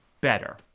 better